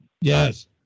Yes